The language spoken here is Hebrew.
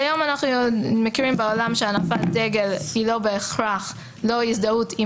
היום אנחנו מכירים בעולם שהנפת דגל היא לא בהכרח הזדהות עם